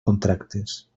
contractes